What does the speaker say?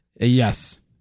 Yes